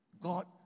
God